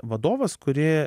vadovas kuri